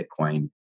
Bitcoin